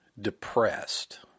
depressed